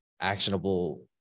actionable